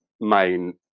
main